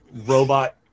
robot